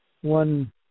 One